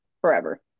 forever